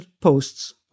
posts